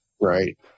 Right